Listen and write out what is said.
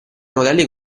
modelli